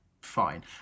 Fine